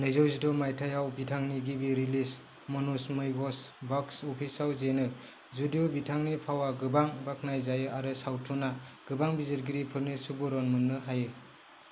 नैजौ जिद' मायथाइयाव बिथांनि गिबि रिलीज मनुस मैघस बक्स अफिस आव जेनो जुदिबो बिथांनि फावआ गोबां बाख्नायजायो आरो सावथुनआ गोबां बिजिरगिरिफोरनि सुबुरुन मोननो हायो